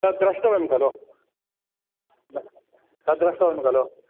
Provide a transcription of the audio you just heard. तत् द्रष्टव्यं खलु तत् द्रष्टव्यं खलु